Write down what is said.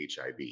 HIV